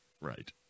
right